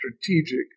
strategic